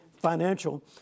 financial